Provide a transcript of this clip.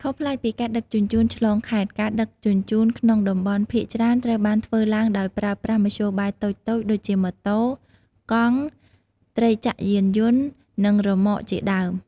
ខុសប្លែកពីការដឹកជញ្ជូនឆ្លងខេត្ត ការដឹកជញ្ជូនក្នុងតំបន់ភាគច្រើនត្រូវបានធ្វើឡើងដោយប្រើប្រាស់មធ្យោបាយតូចៗដូចជាម៉ូតូ កង់ ត្រីចក្រយានយន្ត និងរ៉ឺម៉កជាដើម។